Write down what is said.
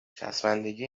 چسبندگی